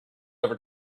ever